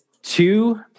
Two